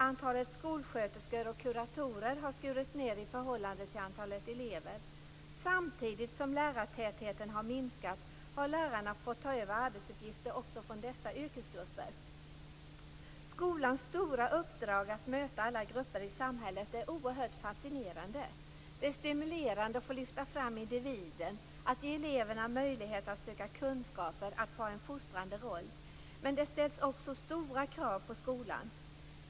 Antalet skolsköterskor och kuratorer har skurits ned i förhållande till antalet elever. Samtidigt som lärartätheten har minskat har lärarna fått ta över arbetsuppgifter också från dessa yrkesgrupper. Skolans stora uppdrag att möta alla grupper i samhället är oerhört fascinerande. Det är stimulerande att få lyfta fram individen, att ge eleverna möjligheter att söka kunskaper och att få ha en fostrande roll. Men det ställs också stora krav på skolan.